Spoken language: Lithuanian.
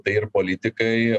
tai ir politikai